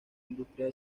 industrias